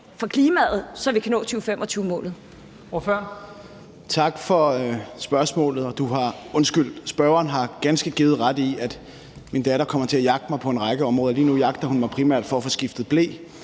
for klimaet, så vi kan nå 2025-målet.